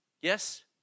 Yes